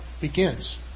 begins